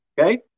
Okay